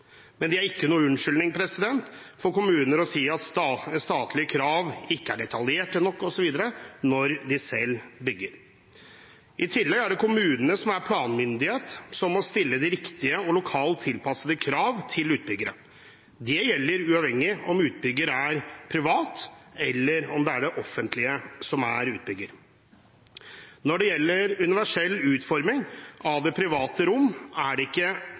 men det er ikke noen unnskyldning for kommuner til å si at statlige krav ikke er detaljerte nok, osv., når de selv bygger. I tillegg er det kommunene som planmyndighet som må stille de riktige og lokalt tilpassede kravene til utbyggere. Det gjelder uavhengig av om utbyggeren er privat, eller om det er det offentlige som er utbygger. Når det gjelder universell utforming av det private rom, er det ikke